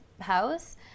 house